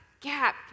gap